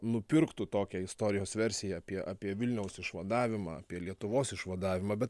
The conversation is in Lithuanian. nupirktų tokią istorijos versiją apie apie vilniaus išvadavimą apie lietuvos išvadavimą bet